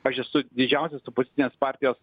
aš esu didžiausios opozicinės partijos